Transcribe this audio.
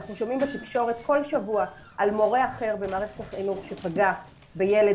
אנחנו שומעים בתקשורת כל שבוע על מורה אחר במערכת החינוך שפגע בילד